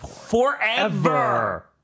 Forever